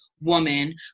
woman